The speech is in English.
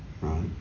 right